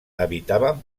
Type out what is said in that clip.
habitaven